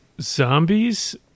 zombies